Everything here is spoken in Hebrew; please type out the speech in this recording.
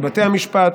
על בתי המשפט,